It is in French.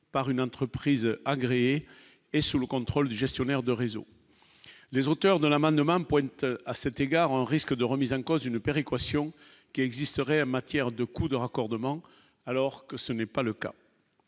par une entreprise agréée et sous le contrôle du gestionnaire de réseau, les auteurs de l'amendement pointe à cet égard un risque de remise en cause d'une péréquation qui existeraient matière de coûts de raccordement, alors que ce n'est pas le cas